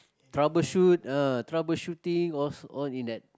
troubleshoot ah troubleshooting all all in that